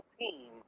team